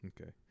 okay